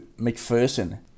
McPherson